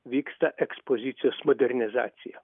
vyksta ekspozicijos modernizacija